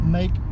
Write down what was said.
make